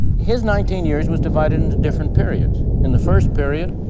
his nineteen years was divided into different periods. in the first period,